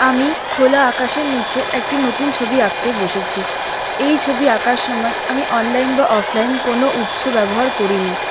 আমি খোলা আকাশের নীচে একটি নতুন ছবি আঁকতে বসেছি এই ছবি আঁকার সময় আমি অনলাইন বা অফলাইন কোনো উৎস ব্যবহার করি নি